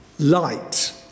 Light